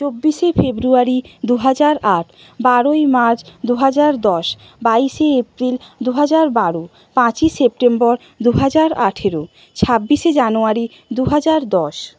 চব্বিশে ফেব্রুয়ারি দু হাজার আট বারোই মার্চ দু হাজার দশ বাইশে এপ্রিল দু হাজার বারো পাঁচই সেপ্টেম্বর দু হাজার আঠেরো ছাব্বিশে জানুয়ারি দু হাজার দশ